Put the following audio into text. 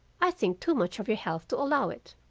i think too much of your health to allow it